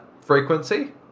frequency